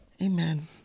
Amen